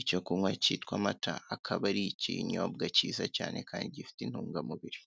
icyokunkwa cyitwa amata akaba ari ikinyobwa kiza cyane kandi gifite intungamubiri.